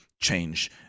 Change